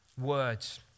Words